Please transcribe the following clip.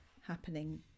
happening